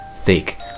Thick